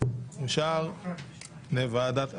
אושר להעביר לוועדת הפנים.